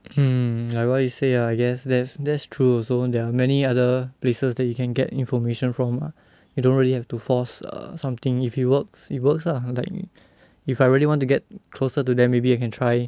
hmm like what you say I guess that's that's true also there are many other places that you can get information from ah you don't really have to force err something if it works it works ah like if I really want to get closer to them maybe I can try